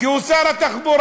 כי הוא שר התחבורה.